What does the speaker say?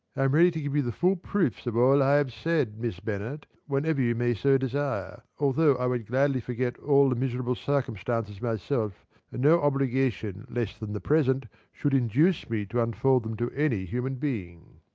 i am ready to give you the full proofs of all i have said, miss bennet, whenever you may so desire, although i would gladly forget all the miserable circumstances myself, and no obligation less than the present should induce me to unfold them to any human being.